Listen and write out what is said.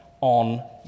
on